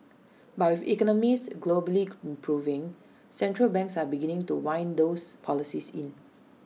but with economies globally improving central banks are beginning to wind those policies in